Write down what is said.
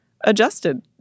adjusted